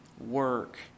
work